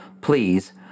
Please